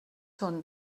són